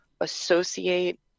associate